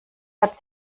hat